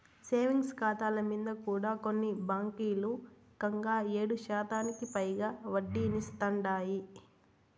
savings కాతాల మింద కూడా కొన్ని బాంకీలు కంగా ఏడుశాతానికి పైగా ఒడ్డనిస్తాందాయి